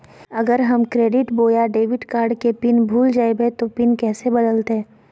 अगर हम क्रेडिट बोया डेबिट कॉर्ड के पिन भूल जइबे तो पिन कैसे बदलते?